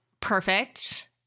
perfect